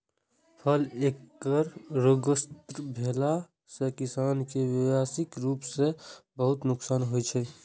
फल केर रोगग्रस्त भेला सं किसान कें व्यावसायिक रूप सं बहुत नुकसान होइ छै